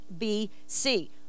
bc